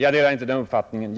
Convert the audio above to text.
Jag delar inte den uppfattningen.